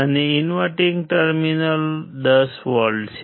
અને inverting terminal 10V છે